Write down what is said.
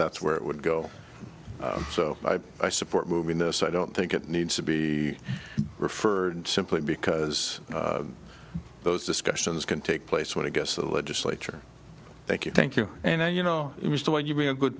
that's where it would go so i support moving this i don't think it needs to be referred simply because those discussions can take place when it gets the legislature thank you thank you and i you know it was the way you mean a good